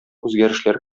үзгәрешләр